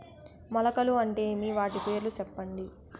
మొలకలు అంటే ఏమి? వాటి పేర్లు సెప్పండి?